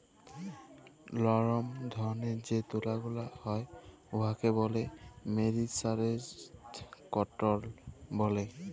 লরম ধরলের যে তুলা গুলা হ্যয় উয়াকে ব্যলে মেরিসারেস্জড কটল ব্যলে